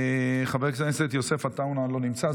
חבר הכנסת יוסף עטאונה, לא נמצא.